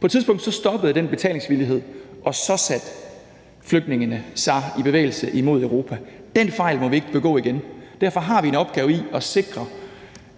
På et tidspunkt stoppede den betalingsvillighed, og så satte flygtningene sig i bevægelse imod Europa. Den fejl må vi ikke begå igen. Derfor har vi en opgave i at sikre